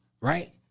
right